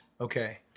Okay